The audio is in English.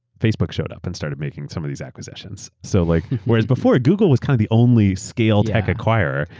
facebook showed up and started making some of these acquisitions. so like whereas before, google was kind of the only scale tech acquirer,